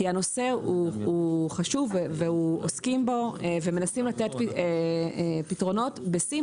כי הנושא חשוב ועוסקים בו ומנסים לתת פתרונות בשים